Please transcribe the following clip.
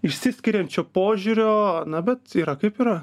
išsiskiriančio požiūrio na bet yra kaip yra